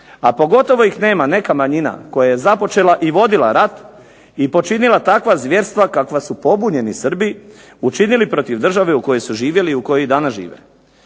a pogotovo ih nema neka manjina koja je započela i vodila rat i počinila takva zvjerstva kakva su pobunjeni Srbi učinili protiv države u kojoj su živjeli i u kojoj i danas žive.